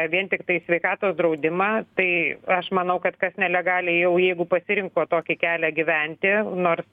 vien tiktai sveikatos draudimą tai aš manau kad kas nelegaliai jau jeigu pasirinko tokį kelią gyventi nors